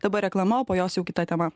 dabar reklama o po jos jau kita tema